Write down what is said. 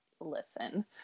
listen